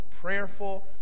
prayerful